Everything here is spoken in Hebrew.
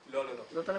זאת הנקודה?